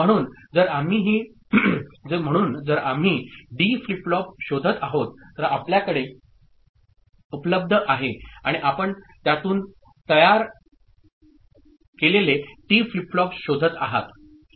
म्हणून जर आम्ही डी फ्लिप फ्लॉप शोधत आहोत तर आपल्याकडे उपलब्ध आहे आणि आपण त्यातून तयार केलेले टी फ्लिप फ्लॉप शोधत आहात